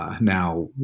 Now